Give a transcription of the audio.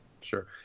Sure